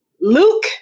Luke